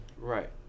Right